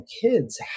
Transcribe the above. kids